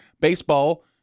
Baseball